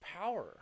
power